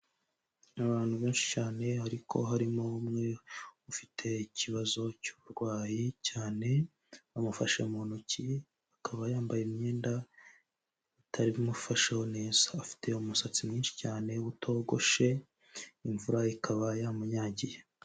Abantu benshi cyane ariko harimo umwe ufite ikibazo cy'uburwayi cyane, bamufashe mu ntoki akaba yambaye imyenda itamufasheho neza, afite umusatsi mwinshi cyane utogoshe imvura ikaba yamunyagiye.